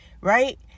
right